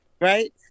right